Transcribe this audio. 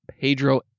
Pedro